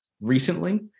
recently